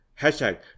Hashtag